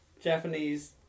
Japanese